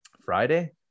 friday